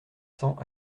cents